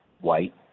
white